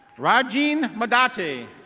rageen madatey.